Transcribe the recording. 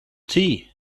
tea